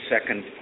second